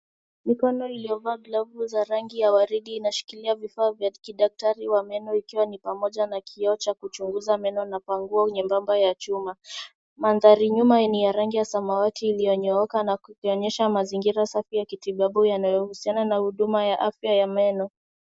Mikono iliyovaa glavu za rangi ya waridi, inashikilia vifaa vya kidaktari wa meno, ikiwa ni pamoja na kioo cha kuchunguza meno na panguo nyembamba ya chuma. Mandhari nyuma ni ya rangi ya samawati iliyonyooka na kuionyesha mazingira safi ya kitibabu, inayohusiana na huduma ya afya ya meno.